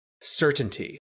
certainty